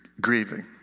grieving